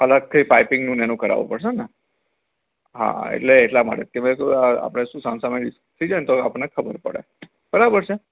અલગથી પાઈપિંગનું ને એનું કરાવું પળશેને હા એટલે એટલા માટે તે મે કીધું આપલે શું સામ સામે થઈ જાયને તો આપણને ખબર પળે બરાબર છે